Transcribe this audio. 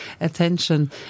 attention